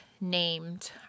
named